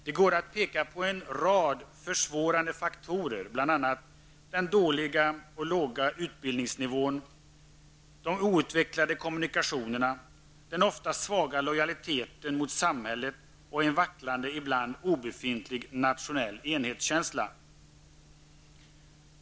Det går att peka på en rad försvårande faktorer, bl.a. den dåliga och låga utbildningsnivån, de outvecklade kommunikationerna, den ofta svaga lojaliteten mot samhället och en vacklande -- ibland obefintlig -- nationell enhetskänsla.